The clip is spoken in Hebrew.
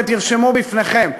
ותרשמו בפניכם,